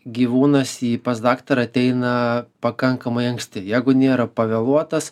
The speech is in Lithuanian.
gyvūnas į pas daktarą ateina pakankamai anksti jeigu nėra pavėluotas